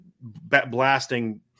blasting